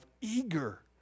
eager